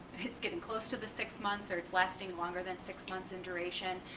it's getting close to the six months or it's lasting longer than six months in duration.